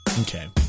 Okay